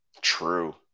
True